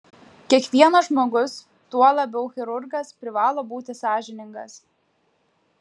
kiekvienas žmogus tuo labiau chirurgas privalo būti sąžiningas